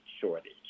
shortage